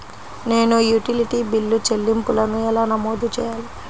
నేను utility bill చెల్లింపులను ఎలా నమోదు చేయాలి?